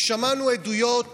ושמענו עדויות